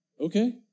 Okay